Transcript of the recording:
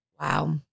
Wow